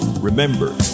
Remember